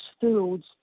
foods